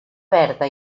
verda